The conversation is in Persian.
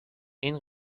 این